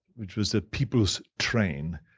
which was the people's train,